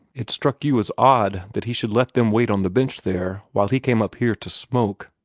it struck you as odd that he should let them wait on the bench there, while he came up here to smoke.